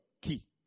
key